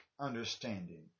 understanding